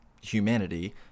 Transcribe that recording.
humanity